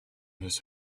his